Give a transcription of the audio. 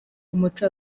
umuco